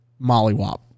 mollywop